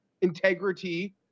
integrity